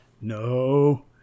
No